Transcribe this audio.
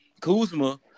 Kuzma